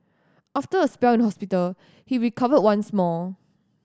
after a spell in hospital he recovered once more